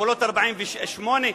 גבולות 48'?